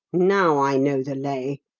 now i know the lay!